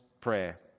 prayer